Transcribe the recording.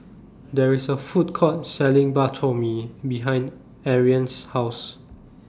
There IS A Food Court Selling Bak Chor Mee behind Ariane's House